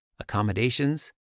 accommodations